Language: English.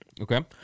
Okay